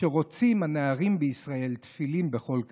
שרוצים הנערים בישראל תפילין בכל קרון.